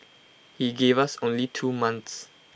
he gave us only two months